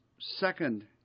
second